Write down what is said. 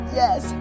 yes